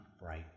bright